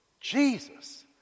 Jesus